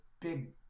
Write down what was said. big